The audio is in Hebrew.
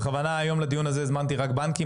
בכוונה היום לדיון הזה הזמנתי רק בנקים.